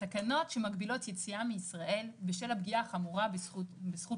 התקנות שמגבילות יציאה מישראל בשל הפגיעה החמורה בזכות